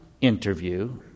interview